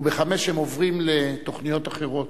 וב-17:00 הם עוברים לתוכניות אחרות.